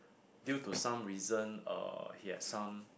due to some reason uh he had some